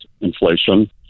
inflation